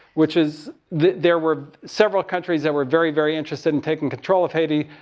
which is, there were several countries that were very, very interested in taking control of haiti.